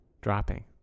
dropping